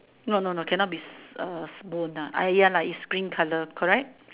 no no no cannot be bone ah I ya lah it's green color correct